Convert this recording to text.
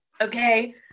Okay